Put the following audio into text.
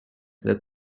were